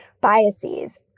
biases